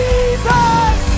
Jesus